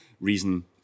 reason